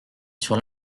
sur